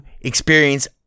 experience